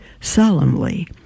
solemnly